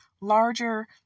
Larger